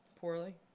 poorly